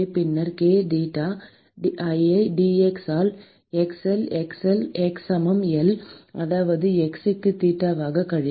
பின்னர் k dtheta ஐ dx ஆல் x ல் x சமம் L அதாவது h க்கு தீட்டாவைக் கழிக்கவும்